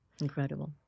Incredible